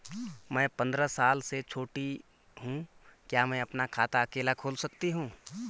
मैं पंद्रह साल से छोटी हूँ क्या मैं अपना खाता अकेला खोल सकती हूँ?